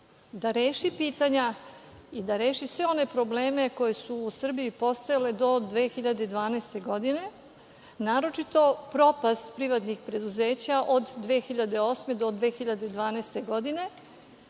da reši pitanja i da reši sve one probleme koji su u Srbiji postojali do 2012. godine, naročito propast privatnih preduzeća od 2008. do 2012. godine,